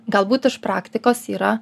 galbūt iš praktikos yra